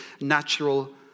natural